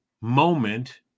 moment